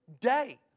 day